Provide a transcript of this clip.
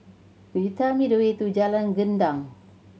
could you tell me the way to Jalan Gendang